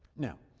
now,